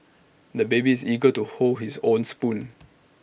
the baby is eager to hold his own spoon